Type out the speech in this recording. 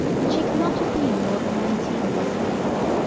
and she cannot have been more than nineteen years of age.